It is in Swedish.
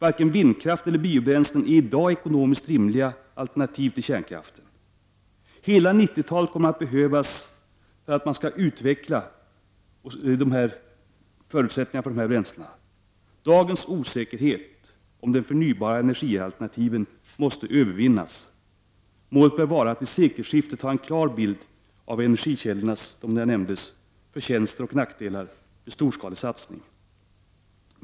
—-—- Varken vindkraft eller biobränslen är i dag ekonomiskt rimliga alternativ till kärnkraften. -—-—- Hela 90-talet kommer att behövas för denna oerhört dyrbara men nödvändiga verksamhet. Dagens osäkerhet och tveksamhet om de förnybara energialternativen måste övervinnas. Målet bör vara att vid sekelskiftet ha en klar bild av dessa energikällors förtjänster och nackdelar vid storskalig användning.